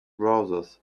browsers